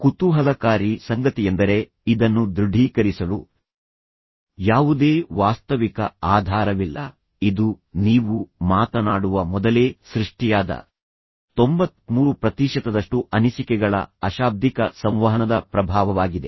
ಕುತೂಹಲಕಾರಿ ಸಂಗತಿಯೆಂದರೆ ಇದನ್ನು ದೃಢೀಕರಿಸಲು ಯಾವುದೇ ವಾಸ್ತವಿಕ ಆಧಾರವಿಲ್ಲ ಇದು ನೀವು ಮಾತನಾಡುವ ಮೊದಲೇ ಸೃಷ್ಟಿಯಾದ 93 ಪ್ರತಿಶತದಷ್ಟು ಅನಿಸಿಕೆಗಳ ಅಶಾಬ್ದಿಕ ಸಂವಹನದ ಪ್ರಭಾವವಾಗಿದೆ